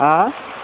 হাঁ